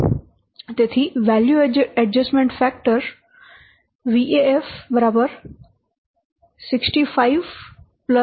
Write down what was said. તેથી value adjustment factor VAF 0